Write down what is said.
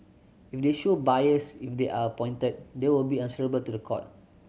if they show bias if they are appointed they will be answerable to the court